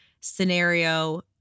scenario